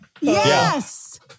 Yes